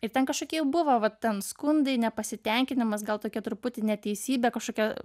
ir ten kažkokie buvo vat ten skundai nepasitenkinimas gal tokia truputį neteisybė kažkokia